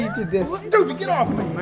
did this. doopey, get off